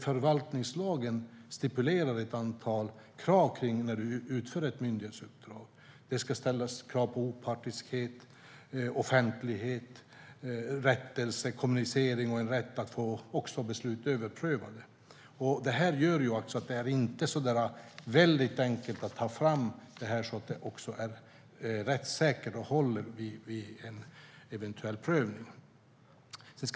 Förvaltningslagen stipulerar ett antal krav på den som utför ett myndighetsuppdrag. Det ställs krav på opartiskhet, offentlighet, rättelsekommunicering och en rätt att få beslut överprövade. Det gör att det inte är så enkelt att ta fram det här så att det också är rättssäkert och håller vid en eventuell prövning.